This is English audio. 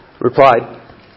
Replied